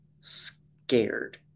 scared